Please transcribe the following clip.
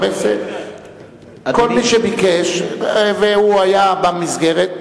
כל מי שביקש והוא היה במסגרת,